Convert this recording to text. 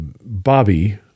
Bobby